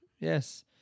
Yes